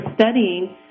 studying